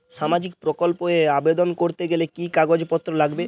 সামাজিক প্রকল্প এ আবেদন করতে গেলে কি কাগজ পত্র লাগবে?